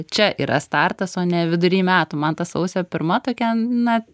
čia yra startas o ne vidury metų man ta sausio pirma tokia na